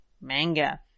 manga